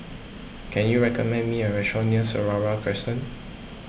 can you recommend me a restaurant near Seraya Crescent